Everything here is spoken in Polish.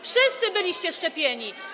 Wszyscy byliście szczepieni.